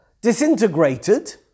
disintegrated